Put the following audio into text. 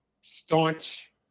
staunch